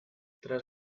tras